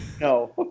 No